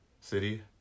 City